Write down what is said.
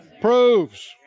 Proves